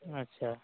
अच्छा